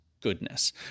goodness